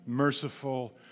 merciful